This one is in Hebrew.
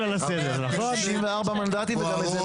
חבר הכנסת ווליד טאהא.